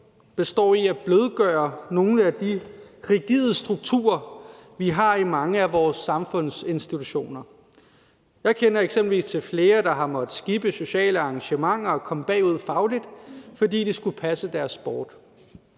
består i at blødgøre nogle af de rigide strukturer, vi har i mange af vores samfundsinstitutioner. Jeg kender eksempelvis til flere, der har måttet skippe sociale arrangementer og er kommet bagud fagligt, fordi de skulle passe deres sport,